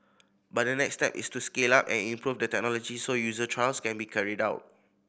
but the next step is to scale up and improve the technology so user trials can be carried out